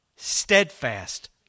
steadfast